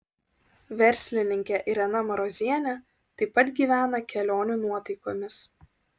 verslininkė irena marozienė taip pat gyvena kelionių nuotaikomis